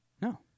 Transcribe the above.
No